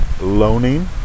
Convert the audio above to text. loaning